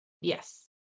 Yes